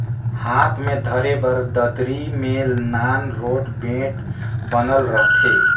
हाथ मे धरे बर दतरी मे नान रोट बेठ बनल रहथे